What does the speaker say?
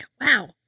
wow